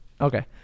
Okay